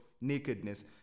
nakedness